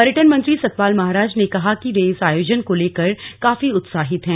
पर्यटन मंत्री सतपाल महाराज ने कहा कि वे इस आयोजन को लेकर काफी उत्साहित हैं